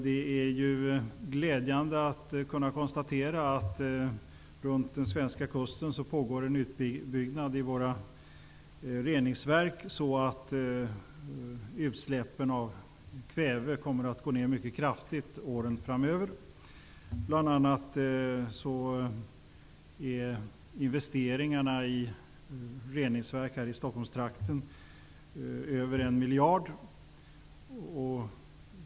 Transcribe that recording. Det är glädjande att kunna konstatera att det runt den svenska kusten pågår en utbyggnad av reningsverken, så att utsläppen av kväve kommer att gå ner mycket kraftigt åren framöver. Bl.a. uppgår investeringarna i reningsverken här i Stockholmstrakten till över 1 miljard.